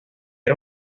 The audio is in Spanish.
era